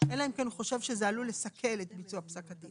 אלא אם כן הוא חושב שזה עלול לסכל את ביצוע פסק הדין.